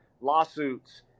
lawsuits